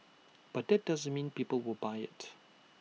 but that doesn't mean people will buy IT